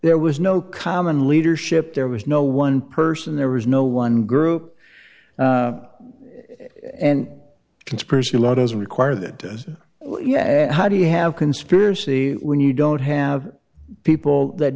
there was no common leadership there was no one person there was no one group and conspiracy law doesn't require that yeah how do you have conspiracy when you don't have people that